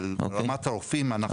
אבל מבחינת הרופאים, אנחנו --- אוקיי.